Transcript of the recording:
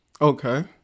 okay